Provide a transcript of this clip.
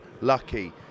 lucky